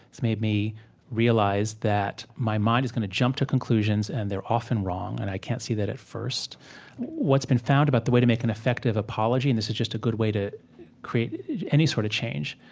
it's made me realize that that my mind is gonna jump to conclusions, and they're often wrong, and i can't see that at first what's been found about the way to make an effective apology, and this is just a good way to create any sort of change,